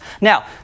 now